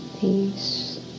peace